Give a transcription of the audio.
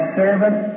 servant